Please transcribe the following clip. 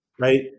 Right